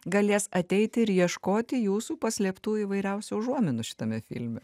galės ateiti ir ieškoti jūsų paslėptų įvairiausių užuominų šitame filme